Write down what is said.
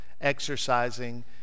exercising